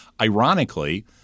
Ironically